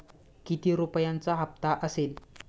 किती रुपयांचा हप्ता असेल?